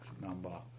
number